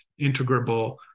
integrable